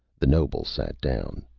the noble sat down.